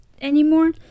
anymore